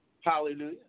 Hallelujah